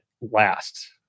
last